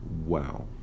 wow